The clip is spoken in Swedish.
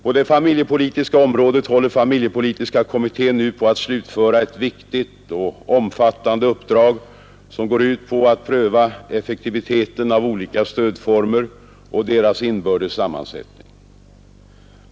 På det familjepolitiska området håller familjepolitiska kommittén nu på att slutföra ett viktigt och omfattande uppdrag som går ut på att pröva effektiviteten av olika stödformer och deras inbördes sammansättning.